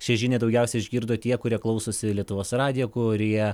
šią žinią daugiausiai išgirdo tie kurie klausosi lietuvos radijo kurie